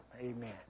Amen